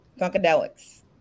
Funkadelics